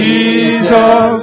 Jesus